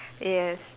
yes